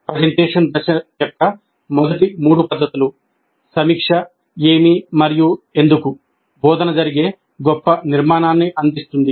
presentation దశ యొక్క మొదటి మూడు పద్ధతులు సమీక్ష ఏమి మరియు ఎందుకు బోధన జరిగే గొప్ప నిర్మాణాన్ని అందిస్తుంది